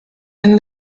and